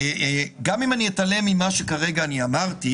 גם אם אני אתעלם ממה שאני כרגע אמרתי,